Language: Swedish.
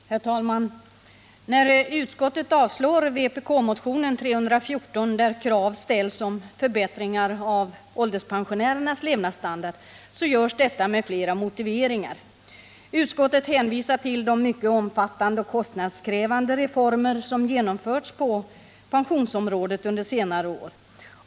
Herr talman! När utskottet avstyrker vpk-motionen 314, där krav ställs på förbättringar av ålderspensionärernas levnadsstandard, så görs detta med flera motiveringar. Utskottet hänvisar till de mycket omfattande och kostnadskrävande reformer som genomförts på pensionsområdet under senare år.